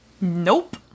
Nope